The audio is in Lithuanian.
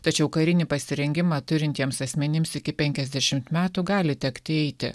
tačiau karinį pasirengimą turintiems asmenims iki penkiasdešimt metų gali tekti eiti